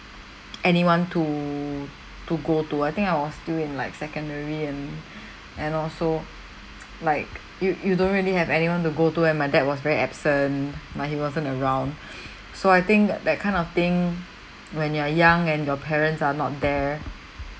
anyone to to go to I think I was still in like secondary and and also like you you don't really have anyone to go to and my dad was very absent like he wasn't around so I think that that kind of thing when you're young and your parents are not there